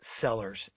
sellers